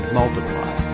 multiply